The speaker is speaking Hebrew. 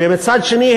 ומצד שני,